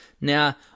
Now